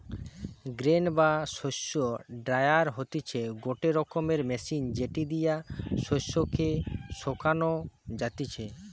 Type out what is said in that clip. grain বা শস্য dryer হতিছে গটে রকমের মেশিন যেটি দিয়া শস্য কে শোকানো যাতিছে